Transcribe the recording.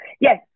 yes